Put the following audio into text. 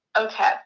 Okay